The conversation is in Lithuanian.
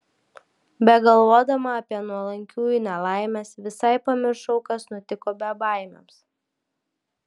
begalvodama apie nuolankiųjų nelaimes visai pamiršau kas nutiko bebaimiams